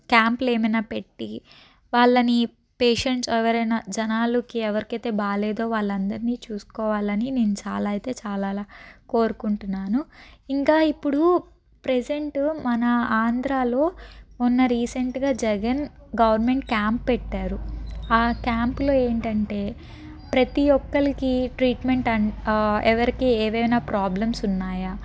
క్యాంపులు ఏమైనా పెట్టి వాళ్లని పేషెంట్ ఎవరైనా జనాలుకి ఎవరికైతే బాలేదు వాళ్ళందరినీ చూసుకోవాలని నేను చాలా అయితే చాలా కోరుకుంటున్నాను ఇంకా ఇప్పుడు ప్రజెంట్ మన ఆంధ్రాలో ఉన్న రీసెంట్గా జగన్ గవర్నమెంట్ క్యాంప్ పెట్టారు ఆ క్యాంపులో ఏంటంటే ప్రతి ఒక్కరికి ట్రీట్మెంట్ ఎవరికి ఏదైనా ప్రాబ్లమ్స్ ఉన్నాయా